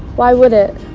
why would it?